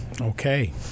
Okay